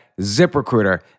ZipRecruiter